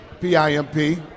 P-I-M-P